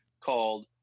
called